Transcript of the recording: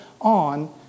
on